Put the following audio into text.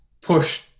push